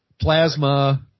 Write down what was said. plasma